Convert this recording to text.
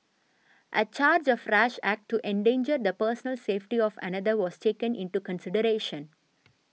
a charge of rash act to endanger the personal safety of another was taken into consideration